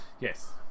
Yes